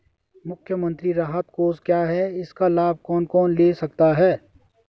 मुख्यमंत्री राहत कोष क्या है इसका लाभ कौन कौन ले सकता है?